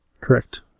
Correct